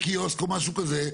לקיוסק או משהו כזה,